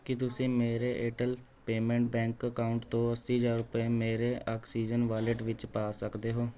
ਕੀ ਤੁਸੀਂ ਮੇਰੇ Airtel payment bank account ਤੋਂ ਅੱਸੀ ਹਜ਼ਾਰ ਰੁਪਏ ਮੇਰੇ ਆਕਸੀਜਨ ਵਾਲਿਟ ਵਿੱਚ ਪਾ ਸਕਦੇ ਹੋ